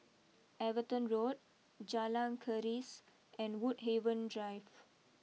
Everton Road Jalan Keris and Woodhaven Drive